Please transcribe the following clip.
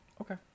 Okay